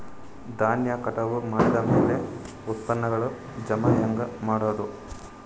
ಧಾನ್ಯ ಕಟಾವು ಮಾಡಿದ ಮ್ಯಾಲೆ ಉತ್ಪನ್ನಗಳನ್ನು ಜಮಾ ಹೆಂಗ ಮಾಡೋದು?